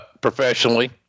Professionally